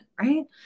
Right